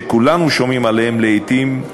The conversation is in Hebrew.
שכולנו שומעים עליהם לעתים,